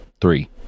Three